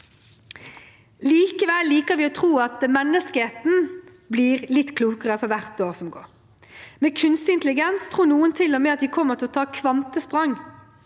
Likevel liker vi å tro at menneskeheten blir litt klokere for hvert år som går. Med kunstig intelligens tror noen til og med at vi kommer til å ta kvantesprang.